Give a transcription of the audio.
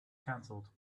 cancelled